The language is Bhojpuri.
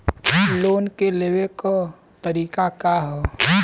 लोन के लेवे क तरीका का ह?